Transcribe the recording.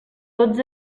tots